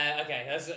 Okay